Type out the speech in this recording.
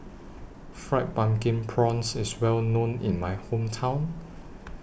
Fried Pumpkin Prawns IS Well known in My Hometown